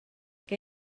què